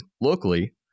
locally